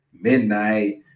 midnight